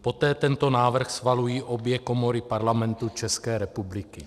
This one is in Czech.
Poté tento návrh schvalují obě komory Parlamentu České republiky.